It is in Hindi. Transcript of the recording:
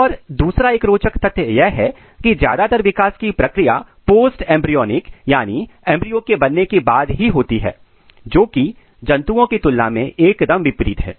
और दूसरा एक रोचक तथ्य यह है की ज्यादातर विकास की प्रक्रिया पोस्ट एंब्रीयॉनिक यानी एंब्रियो के बनने के बाद ही होती है जोकि जंतुओं की तुलना में एकदम विपरीत है